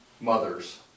mothers